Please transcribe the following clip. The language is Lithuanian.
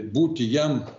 būti jam